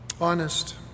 honest